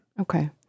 Okay